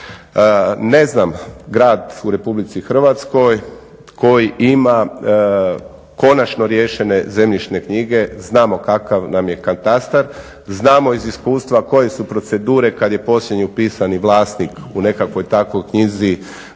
Ne znam, grad u Republici Hrvatskoj koji ima konačno riješene zemljišne knjige. Znamo kakav nam je katastar. Znamo iz iskustva koje su procedure kad je posljednji upisani vlasnik u nekakvoj takvoj knjizi